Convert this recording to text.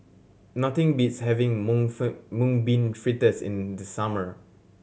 nothing beats having mung Mung Bean Fritters in the summer